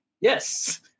Yes